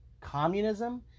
communism